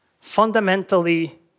fundamentally